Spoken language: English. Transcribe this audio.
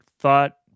thought